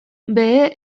behe